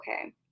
okay